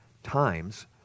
times